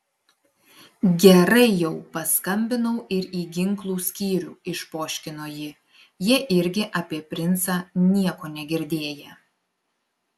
gerai jau paskambinau ir į ginklų skyrių išpoškino ji jie irgi apie princą nieko negirdėję